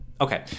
Okay